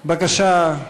בבקשה,